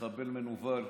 מחבל מנוול,